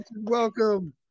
Welcome